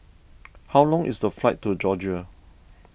how long is the flight to Georgia